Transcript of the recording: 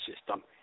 system